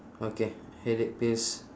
okay headache pills